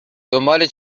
دنبال